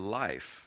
life